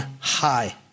high